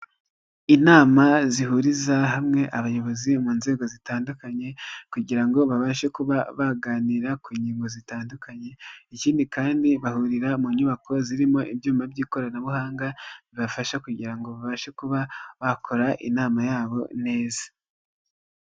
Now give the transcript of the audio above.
Inama zihuriza hamwe abayobozi mu nzego zitandukanye kugira ngo babashe kuba baganira ku ngingo zitandukanye. Ikindi kandi bahurira mu nyubako zirimo ibyuma by'ikoranabuhanga, bibafasha kugira ngo babashe kuba bakora inama yabo neza.